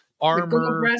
armor